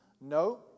No